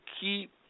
keep